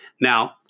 now